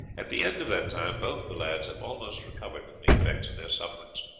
at the end of that time both the lads had almost recovered from the effects of their sufferings.